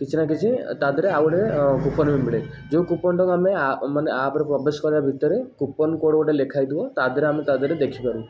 କିଛି ନା କିଛି ଏ ତା' ଦେହରେ ଆଉ ଗୋଟେ ଅ କୁପନ୍ ବି ମିଳେ ଯେଉଁ କୁପନଟାକୁ ଆମେ ମାନେ ଆପରେ ପ୍ରବେଶ କରିବା ଭିତରେ କୁପନ୍ କୋଡ଼ ଗୋଟେ ଲେଖା ହେଇଥିବ ତା' ଦେହରେ ଆମେ ତା' ଦେହରେ ଦେଖିପାରୁ